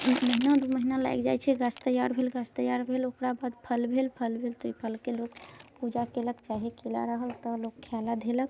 महिना दू महिना लागि जाइत छै गाछ तैआर भेल गाछ तैआर भेल ओकरा बाद फल भेल फल भेल तऽ ओहि फलके लोक पूजा कयलक चाहे केला रहल तऽ लोक खाइ ला धयलक